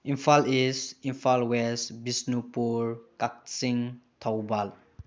Imphal is Imphal was Bishnupur ꯀꯛꯆꯤꯡ ꯊꯧꯕꯥꯜ